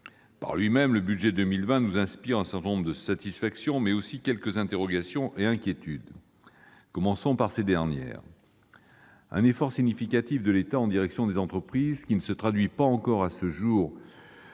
le projet de budget pour 2020 nous inspire un certain nombre de satisfactions, mais aussi quelques interrogations et inquiétudes. Commençons par ces dernières. On constate un effort significatif de l'État en direction des entreprises, qui ne se traduit pas encore de